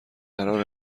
قرار